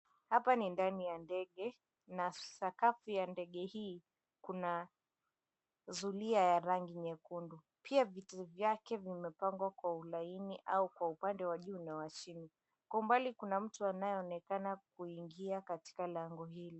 Hapa ni ndani ya ndege na sakafu ya ndege hii kuna zulia la rangi nyekundu. Pia viti vyake vimepangwa kwa ulaini au kwa upande wa juu na wa chini. Kwa mbali kuna mtu anayeonekana kuingia katika lango hili.